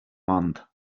month